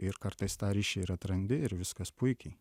ir kartais tą ryšį ir atrandi ir viskas puikiai